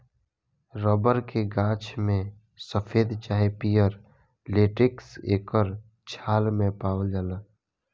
rubber के गाछ में सफ़ेद चाहे पियर लेटेक्स एकर छाल मे पावाल जाला